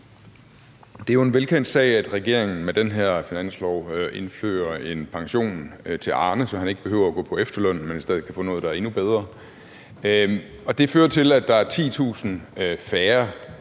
Det er jo en velkendt sag, at regeringen med den her finanslov indfører en pension til Arne, så han ikke behøver at gå på efterløn, men i stedet kan få noget, der er endnu bedre. Det fører til, at der er 10.000 færre